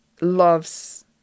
loves